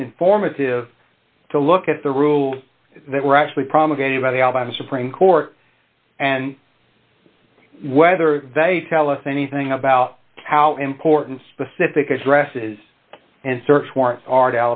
is informative to look at the rules that were actually promulgated by the alabama supreme court and whether they tell us anything about how important specific addresses and search warrants ar